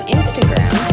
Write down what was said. Instagram